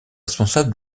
responsable